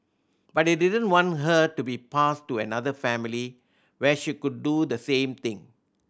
but I didn't want her to be passed to another family where she could do the same thing